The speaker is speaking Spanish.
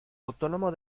autónomo